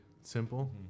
Simple